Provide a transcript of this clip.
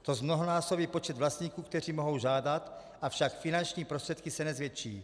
To zmnohonásobí počet vlastníků, kteří mohou žádat, avšak finanční prostředky se nezvětší.